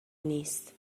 نیست